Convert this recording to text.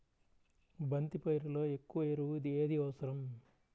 బంతి పైరులో ఎక్కువ ఎరువు ఏది అవసరం?